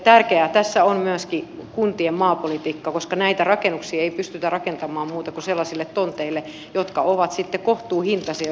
tärkeää tässä on myöskin kuntien maapolitiikka koska näitä rakennuksia ei pystytä rakentamaan muuta kuin sellaisille tonteille jotka ovat sitten kohtuuhintaisia